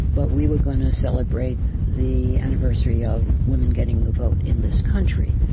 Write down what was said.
but we were going to celebrate the anniversary of women getting the vote in this country.